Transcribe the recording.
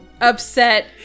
upset